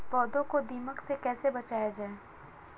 पौधों को दीमक से कैसे बचाया जाय?